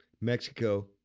Mexico